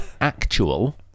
actual